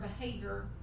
behavior